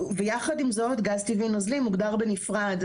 ויחד עם זאת, גז טבעי נוזלי מוגדר בנפרד.